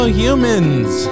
humans